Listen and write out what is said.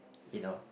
you know